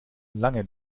lange